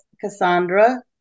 Cassandra